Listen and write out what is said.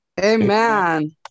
Amen